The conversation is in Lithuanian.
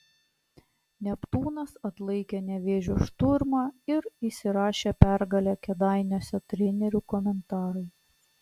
neptūnas atlaikė nevėžio šturmą ir įsirašė pergalę kėdainiuose trenerių komentarai